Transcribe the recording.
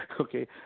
okay